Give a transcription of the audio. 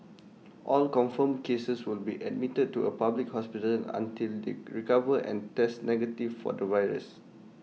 all confirmed cases will be admitted to A public hospital until they recover and test negative for the virus